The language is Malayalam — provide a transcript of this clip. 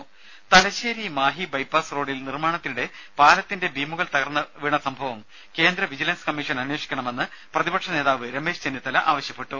ദ്ദേഴ തലശ്ശേരി മാഹി ബൈപാസ് റോഡിൽ നിർമ്മാണത്തിനിടെ പാലത്തിന്റെ ബീമുകൾ തകർന്നു വീണ സംഭവം കേന്ദ്ര വിജിലൻസ് കമ്മീഷൻ അന്വേഷിക്കണമെന്ന് പ്രതിപക്ഷ നേതാവ് രമേശ് ചെന്നിത്തല ആവശ്യപ്പെട്ടു